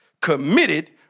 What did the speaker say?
committed